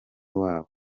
wabo